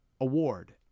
award